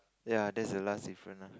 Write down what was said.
ya there's the last different lah